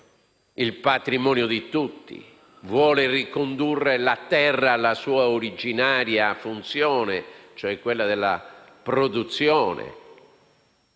il patrimonio di tutti, ricondurre la terra alla sua originaria funzione, cioè quella della produzione,